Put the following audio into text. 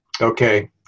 Okay